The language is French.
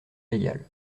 légal